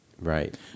right